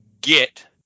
get